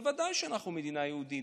בוודאי שאנחנו מדינה יהודית.